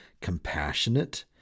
compassionate